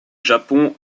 japon